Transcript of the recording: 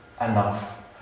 enough